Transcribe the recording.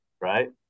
right